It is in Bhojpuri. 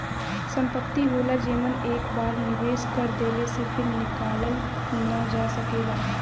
संपत्ति होला जेमन एक बार निवेस कर देले से फिर निकालल ना जा सकेला